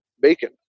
bacon